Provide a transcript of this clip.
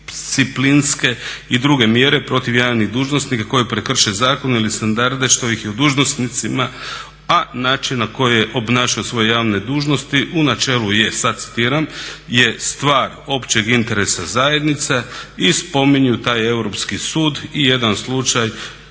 i druge mjere protiv javnih dužnosnika koje prekrše zakon ili standarde što ih je dužnosnicima a način na koji je obnašao svoje javne dužnosti u načelu je, sad citiram "je stvar općeg interesa zajednice i spominju taj Europski sud i jedan slučaj